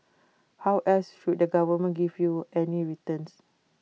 how else should the government give you any returns